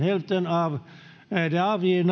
av de